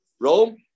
Rome